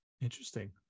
Interesting